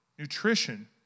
Nutrition